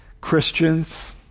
Christians